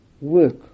work